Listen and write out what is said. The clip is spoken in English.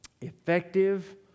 effective